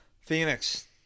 phoenix